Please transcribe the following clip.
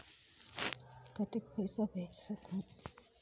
कतेक पइसा भेज सकहुं?